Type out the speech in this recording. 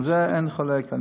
על זה אין חולק.